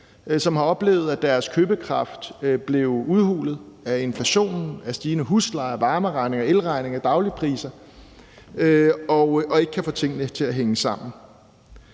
som har oplevet, at deres købekraft blev udhulet af inflationen, af stigende husleje, varmeregninger, elregninger og dagligvarepriser, og som ikke kan få tingene til at hænge sammen.